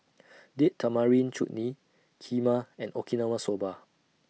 Date Tamarind Chutney Kheema and Okinawa Soba